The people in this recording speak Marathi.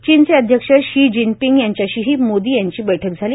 चीनचे अध्यक्ष शी जिनपिंग यांच्याशीही मोदी यांची बैठक झाली